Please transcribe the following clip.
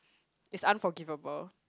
it's unforgivable